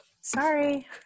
Sorry